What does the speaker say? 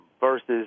versus